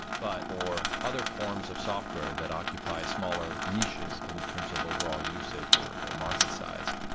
but or other forms of software that occupy smaller niches in terms of overall usage or or market size.